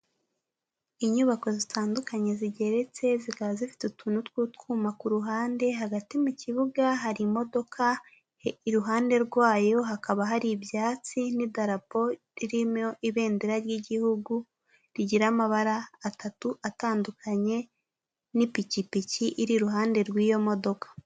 Inyubako zitandukanye zigeretse zikaba zifite utuntu tw'utwuma ku ruhande, hagati mu kibuga hari imodoka iruhande rwayo hakaba hari ibyatsi n'idarapo ririmo ibendera ry'igihugu rigira amabara atatu atandukanye, n'ipikipiki iri iruhande rw'iyo modoka.